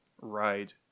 Ride